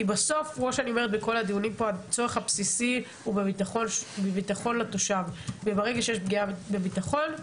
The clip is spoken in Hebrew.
כי בסוף הצורך הבסיסי הוא בביטחון לתושב וברגע שיש פגיעה בביטחון,